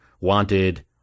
wanted